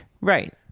Right